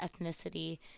ethnicity